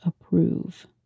approve